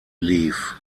lief